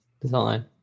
design